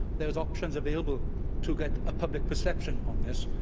there are options available to get a public perception on this',